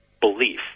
belief